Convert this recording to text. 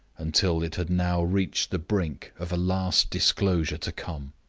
until it had now reached the brink of a last disclosure to come.